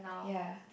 ya